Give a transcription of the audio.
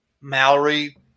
Mallory